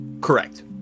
Correct